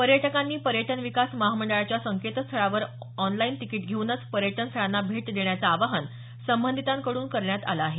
पर्यटकांनी पर्यटन विकास महामंडळाच्या संकेतस्थळावरून ऑनलाईन तिकिटं घेऊनच पर्यटन स्थळांना भेट देण्याच आवाहन सबधिताकडून करण्यात आल आहे